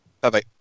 Bye-bye